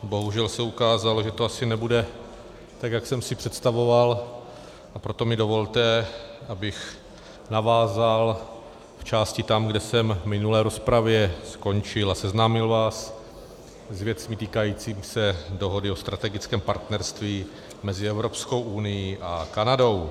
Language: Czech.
Bohužel se ukázalo, že to asi nebude tak, jak jsem si představoval, a proto mi dovolte, abych navázal částí tam, kde jsem v minulé rozpravě skončil, a seznámil vás s věcmi týkajícími se dohody o strategickém partnerství mezi Evropskou unií a Kanadou.